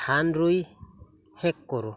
ধান ৰুই শেষ কৰোঁ